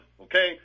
okay